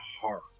horror